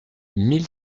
mille